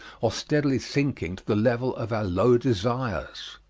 or steadily sinking to the level of our low desires.